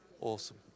awesome